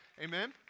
amen